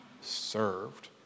served